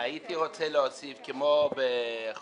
הייתי רוצה להוסיף כמו בחוק